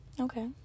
Okay